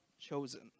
chosen